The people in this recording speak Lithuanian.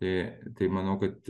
tai tai manau kad